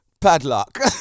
Padlock